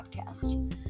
podcast